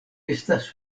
estas